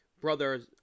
brother's